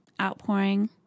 outpouring